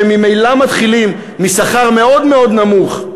שממילא מתחילים משכר מאוד מאוד נמוך,